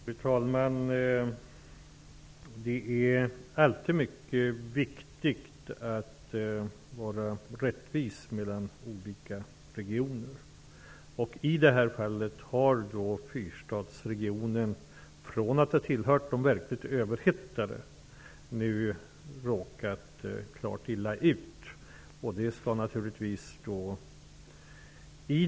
Fru talman! Det är alltid mycket viktigt med rättvisa mellan olika regioner. I detta fall har Fyrstadsregionen, från att ha tillhört de verkligt överhettade regionerna, nu råkat klart illa ut.